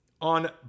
on